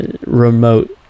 remote